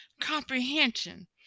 comprehension